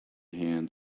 hand